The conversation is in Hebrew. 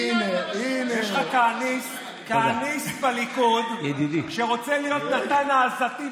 אם אתה יכול לשים את המסכה,